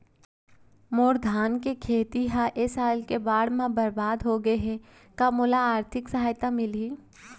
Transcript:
मोर धान के खेती ह ए साल के बाढ़ म बरबाद हो गे हे का मोला आर्थिक सहायता मिलही?